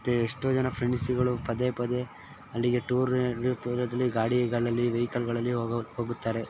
ಮತ್ತು ಎಷ್ಟೋ ಜನ ಫ್ರೆಂಡ್ಸುಗಳು ಪದೇ ಪದೇ ಅಲ್ಲಿಗೆ ಟೂರಾಗಲೀ ಟೂರ್ ಆಗಲೀ ಗಾಡಿಗಳಲ್ಲಿ ವೆಹಿಕಲ್ಲುಗಳಲ್ಲಿ ಹೋಗು ಹೋಗುತ್ತಾರೆ